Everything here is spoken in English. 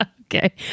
Okay